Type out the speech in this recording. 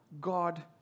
God